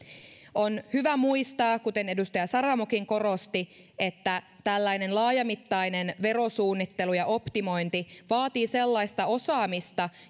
on hyvä muistaa kuten edustaja saramokin korosti että tällainen laajamittainen verosuunnittelu ja optimointi vaatii sellaista osaamista